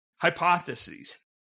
hypotheses